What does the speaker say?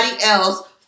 else